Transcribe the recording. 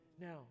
Now